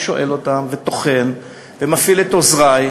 אני שואל אותם וטוחן ומפעיל את עוזרי.